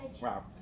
Wow